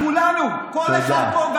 כולנו, כל אחד פה.